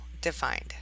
defined